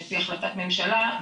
על פי החלטת ממשלה,